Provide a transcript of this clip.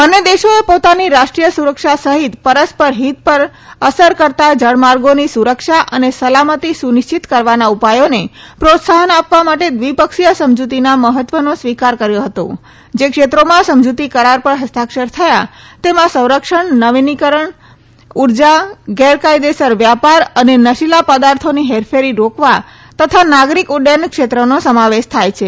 બંને દેશોએ પોતાની રાષ્ટ્રીય સુરક્ષા સહિત પરસ્પર હિત પર અસર કરતા જળમાર્ગોની સુરક્ષા અને સલામતી સુનિશ્ચિત કરવાના ઉપાયોને પ્રોત્સાહન આપવા દ્વિપક્ષીય સમજૂતીના મહત્વનો સ્વીકાર કર્યો હતો જે ક્ષેત્રોમાં સમજૂતી કરાર પર હસ્તાક્ષર થયા તેમાં સંરક્ષણ નવીનિકરણીય ઉર્જા ગેરકાયદેસર વ્યાપાર અને નશીલા પદાર્થોની હેરાફેરી રોકવા તથા નાગરિક ઉડ્ડયન ક્ષેત્રનો સમાવેશ થાય છે